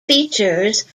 features